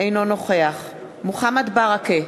אינו נוכח מוחמד ברכה,